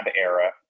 era